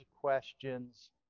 questions